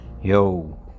Yo